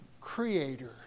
creator